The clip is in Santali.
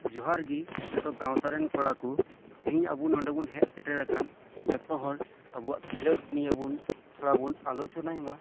ᱡᱚᱦᱟᱨ ᱜᱮ ᱡᱷᱚᱛᱚ ᱜᱟᱶᱛᱟ ᱨᱮᱱ ᱠᱚᱲᱟ ᱠᱚ ᱛᱮᱹᱦᱮᱹᱧ ᱟᱵᱚ ᱱᱚᱸᱰᱮ ᱵᱚᱱ ᱦᱮᱡ ᱥᱮᱴᱮᱨ ᱟᱠᱟᱱ ᱡᱷᱚᱛᱚ ᱦᱚᱲ ᱟᱵᱚᱣᱟᱜ ᱠᱷᱮᱞᱳᱸᱰ ᱱᱤᱭᱟᱹ ᱵᱚᱱ ᱛᱷᱚᱲᱟ ᱵᱚᱱ ᱟᱞᱳᱪᱚᱱᱟᱭ ᱢᱟ